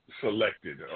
selected